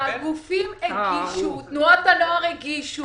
הגופים הגישו, תנועות הנוער הגישו.